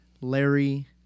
Larry